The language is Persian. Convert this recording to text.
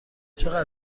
چقدر